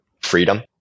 freedom